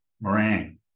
Meringue